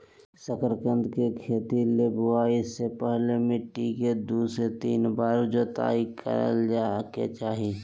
शकरकंद के खेती ले बुआई से पहले मिट्टी के दू से तीन बार जोताई करय के चाही